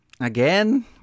Again